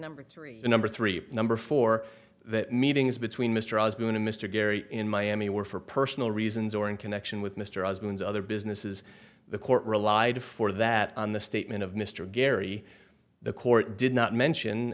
number three number three number four that meetings between mr osborne and mr gary in miami were for personal reasons or in connection with mr osborne's other businesses the court relied for that on the statement of mr gary the court did not mention